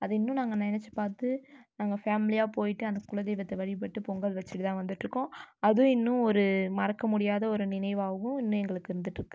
அது இன்னும் நாங்கள் நினச்சி பார்த்து நாங்கள் ஃபேமிலியாக போய்ட்டு அந்த குலதெய்வத்தை வழிபட்டு பொங்கல் வச்சிட்டு தான் வந்துகிட்ருக்கோம் அது இன்னும் ஒரு மறக்க முடியாத ஒரு நினைவாகவும் இன்னும் எங்களுக்கு இருந்துகிட்ருக்கு